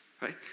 right